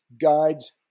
guides